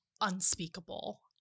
unspeakable